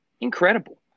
Incredible